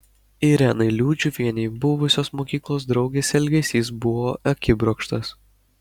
irenai liudžiuvienei buvusios mokyklos draugės elgesys buvo akibrokštas